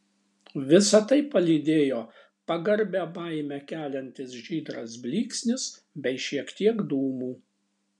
visa tai palydėjo pagarbią baimę keliantis žydras blyksnis bei šiek tiek dūmų